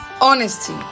honesty